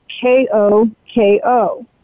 K-O-K-O